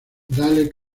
dale